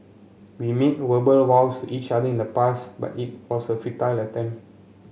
we made verbal vows each other in the past but it was a futile attempt